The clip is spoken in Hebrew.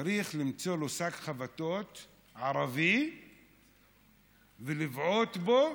צריך למצוא לו שק חבטות ערבי לבעוט בו,